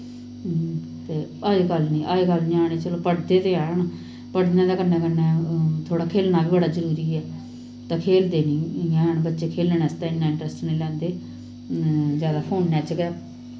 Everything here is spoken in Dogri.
ते अजकल्ल नेईं अजकल्ल चलो ञ्यानें पढ़दे ते हैन पढ़नें दे कन्नै कन्नै थोह्ड़ा खेलना बी बड़ा जरूरी ऐ ते खेलदे नेईं हैन खेलनै आस्तै बच्चे इन्ना इंट्रसट नेईं लैंदे जैद फोनै च गै